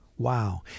Wow